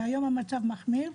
היום המצב מחמיר.